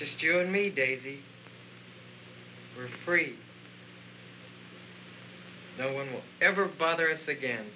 just you and me daisy we're free no one will ever bother us again